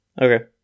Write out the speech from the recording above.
Okay